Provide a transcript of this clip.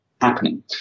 happening